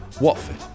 Watford